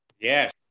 Yes